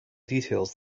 details